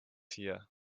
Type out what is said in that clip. hier